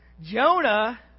Jonah